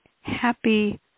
happy